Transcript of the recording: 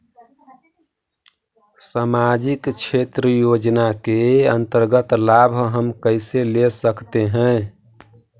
समाजिक क्षेत्र योजना के अंतर्गत लाभ हम कैसे ले सकतें हैं?